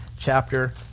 chapter